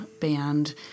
band